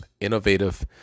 innovative